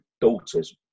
daughters